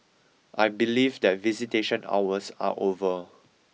I believe that visitation hours are over